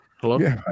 Hello